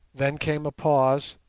then came a pause,